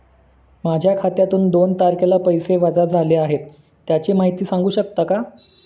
माझ्या खात्यातून दोन तारखेला पैसे वजा झाले आहेत त्याची माहिती सांगू शकता का?